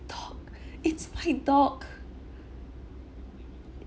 dog it's my dog